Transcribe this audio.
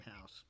house